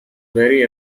very